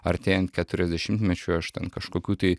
artėjant keturiasdešimtmečiui aš ten kažkokių tai